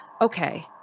Okay